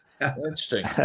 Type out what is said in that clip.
Interesting